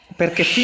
perché